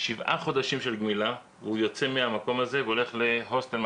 שבעה חודשים של גמילה והוא יוצא מהמקום הזה והוא הולך להוסטל.